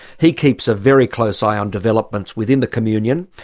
he keeps a very close eye on developments within the communion,